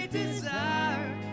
desire